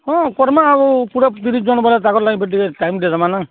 ହଁ କର୍ମା ଆଉ ପୁରା ତିରିଶ୍ ଜଣ୍ ବେଲେ ତାଙ୍କର୍ ଲାଗି ବି ଟିକେ ଟାଇମ୍ ଦେଇଦେମା ନା